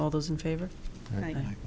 all those in favor right